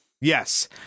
Yes